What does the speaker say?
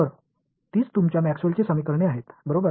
तर तीच तुमच्या मॅक्सवेलची समीकरणे आहेत बरोबर